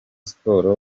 sports